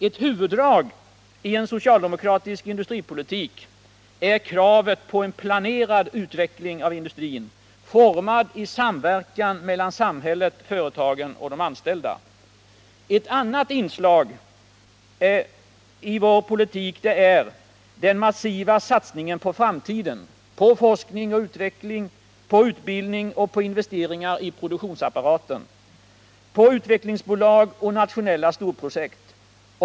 Ett huvuddrag i en socialdemokratisk industripolitik är kravet på en planerad utveckling av industrin, formad i samverkan mellan samhället, företagen och de anställda. Ett annat inslag är en massiv satsning på framtiden — på forskning och utveckling, på utbildning och på investeringar i produktionsapparaten, på utvecklingsbolag och nationella storprojekt.